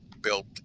built